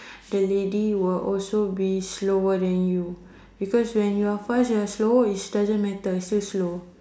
the lady will also be slower than you because when you're fast you're slower it doesn't matter is still slow